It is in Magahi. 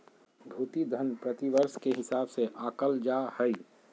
भृति धन प्रतिवर्ष के हिसाब से आँकल जा हइ